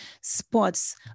spots